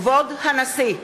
כבוד הנשיא!